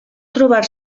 trobar